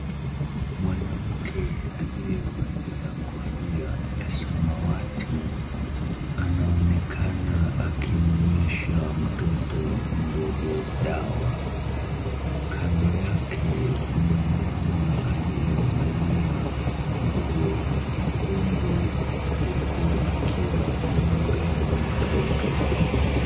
Mwanamke aliyevalia kofia ya samawati, anaonekana akimnywesha mtoto mdogo dawa, kando yake kuna mama aliyevalia nguo nyekundu, huku akiwa amembeba mtoto.